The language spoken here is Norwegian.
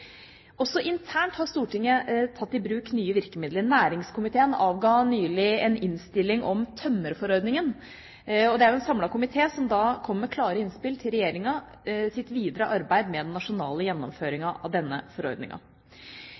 Også internt har Stortinget tatt i bruk nye virkemidler. Næringskomiteen avga nylig en innstilling om tømmerforordningen. En samlet komité kom med klare innspill til regjeringens videre arbeid med den nasjonale gjennomføringen av denne